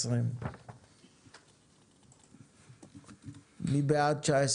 20. מי בעד 19,